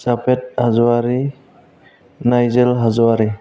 जाफेद हाज'वारि नायजेल हाज'वारि